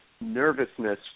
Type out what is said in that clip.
nervousness